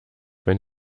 wenn